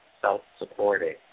Self-supporting